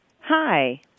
Hi